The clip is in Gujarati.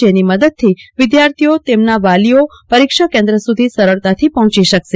જેની મદદથી વિદ્યાર્થીઓ અને તેમના વાલીઓ પરીક્ષા કેન્દ્વ સુધી સરળતાથી પહોચી શકશે